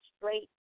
straight